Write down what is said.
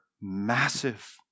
massive